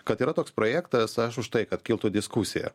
kad yra toks projektas aš už tai kad kiltų diskusija